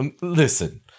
Listen